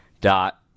dot